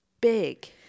big